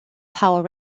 power